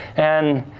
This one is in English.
and